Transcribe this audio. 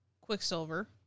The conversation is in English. Quicksilver